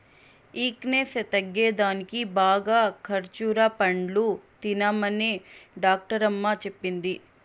weakness తగ్గేదానికి బాగా ఖజ్జూర పండ్లు తినమనే డాక్టరమ్మ చెప్పింది